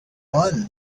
one